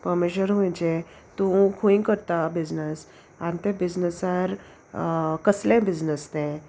परमेश्वर खुंयचे तूं खंय करता बिजनस आनी ते बिजनसार कसलेय बिजनस तें